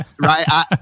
right